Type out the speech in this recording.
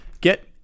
get